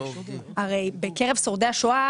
הרי בקרב שורדי השואה,